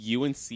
UNC